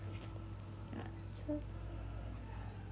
ah so